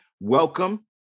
welcome